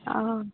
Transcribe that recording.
ᱚᱻ